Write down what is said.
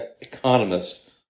economist